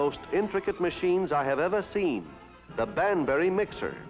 most intricate machines i have ever seen the bend very mixe